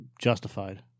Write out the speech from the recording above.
Justified